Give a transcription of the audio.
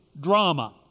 drama